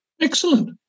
Excellent